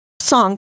song